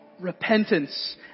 repentance